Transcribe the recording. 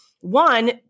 One